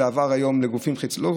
זה עבר היום לגופים חיצוניים,